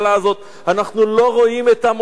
אנחנו לא רואים את המוצא בירושלים.